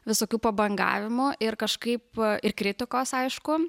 visokių pabangavimų ir kažkaip ir kritikos aišku